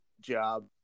job